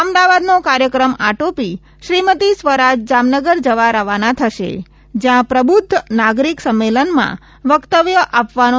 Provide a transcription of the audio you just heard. અમદાવાદનો કાર્યક્રમ આટોપી શ્રીમતી સ્વરાજ જામનગર જવા રવાના થશે જયાં પ્રબુધ્ધ નાગરિક સંમેલનમાં વકતવ્ય આપવાનો તેમનો કાર્યક્રમ છે